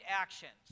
actions